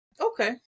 okay